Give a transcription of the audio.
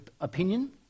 opinion